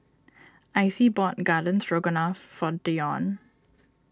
Icy bought Garden Stroganoff for Dionne